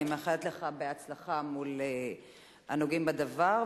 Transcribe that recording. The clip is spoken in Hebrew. אני מאחלת לך הצלחה מול הנוגעים בדבר,